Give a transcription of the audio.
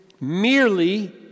Merely